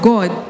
God